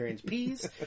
peas